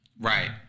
right